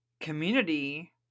community